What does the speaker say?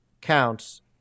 counts